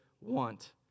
want